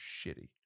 shitty